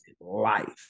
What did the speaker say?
life